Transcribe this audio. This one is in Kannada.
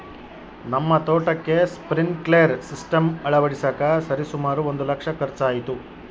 ನಮ್ಮ ತೋಟಕ್ಕೆ ಸ್ಪ್ರಿನ್ಕ್ಲೆರ್ ಸಿಸ್ಟಮ್ ಅಳವಡಿಸಕ ಸರಿಸುಮಾರು ಒಂದು ಲಕ್ಷ ಖರ್ಚಾಯಿತು